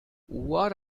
what